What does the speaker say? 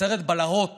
בסרט בלהות